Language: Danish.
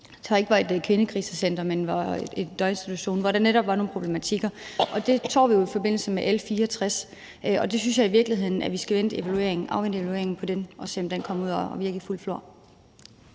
ikke var et kvindekrisecenter, men var en døgninstitution, hvor der netop var nogle problematikker, og dem tog vi jo i forbindelse med L 64. Jeg synes i virkeligheden, at vi skal afvente evalueringen af det, når det har været ude at virke fuldt ud.